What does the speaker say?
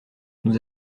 nous